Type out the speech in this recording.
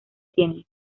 tiene